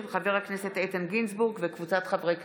של חבר הכנסת איתן גינזבורג וקבוצת חברי הכנסת.